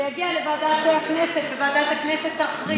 זה יגיע לוועדת הכנסת, וועדת הכנסת תכריע.